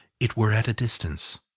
it were at a distance.